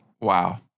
Wow